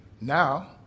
now